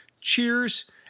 Cheers